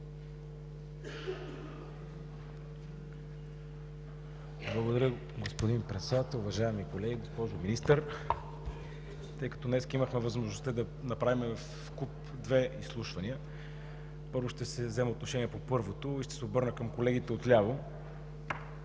Благодаря, господин Председател. Уважаеми колеги! Госпожо Министър, тъй като днес имахме възможността да направим в куп две изслушвания, първо, ще взема отношение по първото и ще се обърна към колегите от ляво.